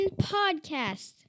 podcast